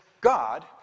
God